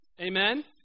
Amen